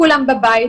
כולם בבית,